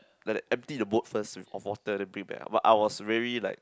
like they emptied the boat first with of water and then bring that up I was very like